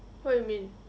what you mean